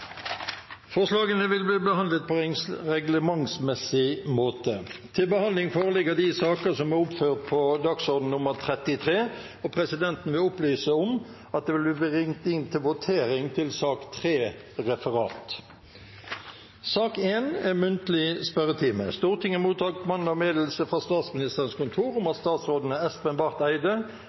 Forslagene vil bli behandlet på reglementsmessig måte. Presidenten vil opplyse om at det vil bli ringt inn til votering i sak nr. 3 på dagens kart, Referat. Stortinget mottok mandag meddelelse fra Statsministerens kontor om at statsrådene Espen Barth Eide,